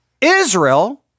Israel